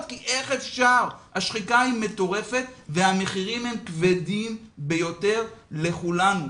כי השחיקה היא מטורפת והמחירים כבדים ביותר לכולנו.